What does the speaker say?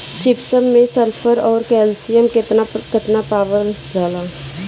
Gypsum मैं sulphur औरी calcium कितना कितना पावल जाला?